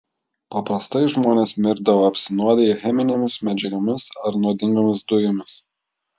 paprastai žmonės mirdavo apsinuodiję cheminėmis medžiagomis ar nuodingomis dujomis